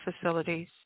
facilities